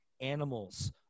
Animals